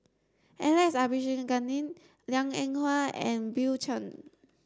Alex Abisheganaden Liang Eng Hwa and Bill Chen